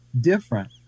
different